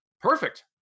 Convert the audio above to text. perfect